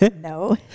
No